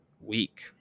week